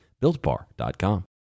BuiltBar.com